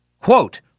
quote